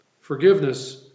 forgiveness